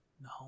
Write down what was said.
No